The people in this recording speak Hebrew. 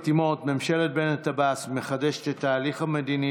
ממשלת בנט-עבאס מחדשת את התהליך המדיני